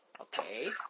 Okay